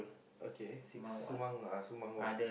okay sumang uh sumang walk